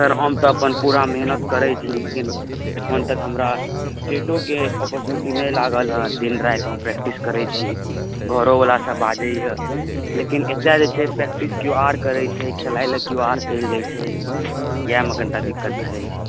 sir हम तऽ अपन पूरा मेहनति करै छी लेकिन एखन तक हमरा स्टेटोके अपॉरचुनिटी नहि लागल हँ दिन राति हम प्रैक्टिस करै छी घरोवला सब बाजैए लेकिन एतऽ जे छै प्रैक्टिस किओ आओर करै छै खेलैलए किओ आओर चलि जाइ छै इएहमे कनिटा दिक्कत भऽ जाइ छै